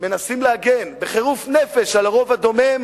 מנסים להגן בחירוף נפש על הרוב הדומם.